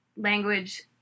Language